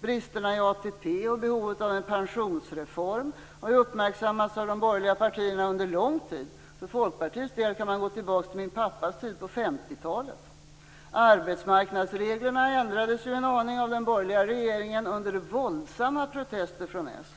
Bristerna i ATP och behovet av en pensionsreform har uppmärksammats av de borgerliga partierna under lång tid. För Folkpartiets del kan man gå ända tillbaka till min pappas tid på 50-talet. Arbetsmarknadsreglerna ändrades ju en aning av den borgerliga regeringen under våldsamma protester från Socialdemokraterna.